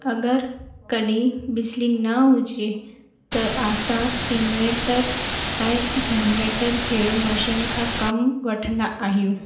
अगरि कॾहिं बिजली न हुजे त असां इन्वर्टर ऐं जनरेटर जहिड़े मशीन खां कमु वठंदा आहियूं